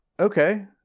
Okay